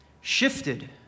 shifted